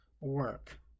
work